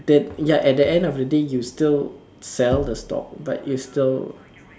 that ya at the end of the day you still sell the stock but you still